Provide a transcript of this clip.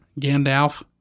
Gandalf